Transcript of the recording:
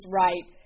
right